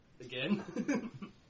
again